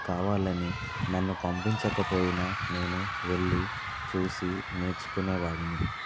కావాలని నన్ను పంపించకపోయినా నేను వెళ్ళి చూసి నేర్చుకునేవాడిని